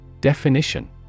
Definition